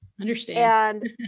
Understand